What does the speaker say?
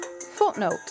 Footnote